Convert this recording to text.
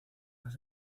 las